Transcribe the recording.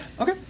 Okay